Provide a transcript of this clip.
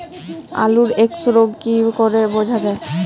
আলুর এক্সরোগ কি করে বোঝা যায়?